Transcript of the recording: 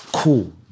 Cool